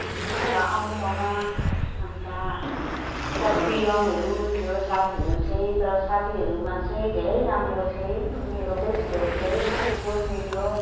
अन्त अनुपमा अन्त यता प्रियमहरू थियो साथीहरू चाहिँ तर साथीहरूमा चाहिँ धेरै राम्रो चाहिँ मेरो बेस्ट फ्रेन्ड चाहिँ रोशनी थियो